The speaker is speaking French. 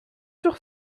sur